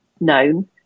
known